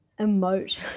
emote